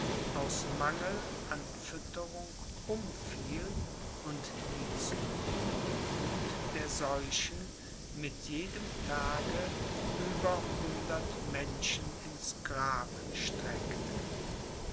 aus mangel an fütterung umfiel und die zunehmende wuth der seuchen mit jedem tage über hundert menschen ins grab streckte